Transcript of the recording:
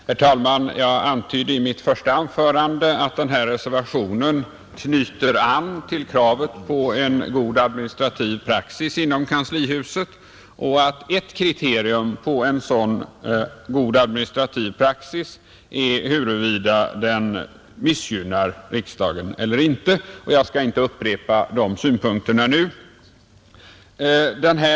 Herr talman! Jag antydde i mitt första anförande att reservationen avseende utfärdandet av viss kungörelse knyter an till kravet på en god administrativ praxis inom kanslihuset och att ett kriterium på en sådan god administrativ praxis är att den inte missgynnar riksdagen. Jag skall inte upprepa de synpunkterna nu.